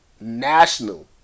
national